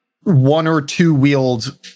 one-or-two-wheeled